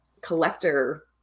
collector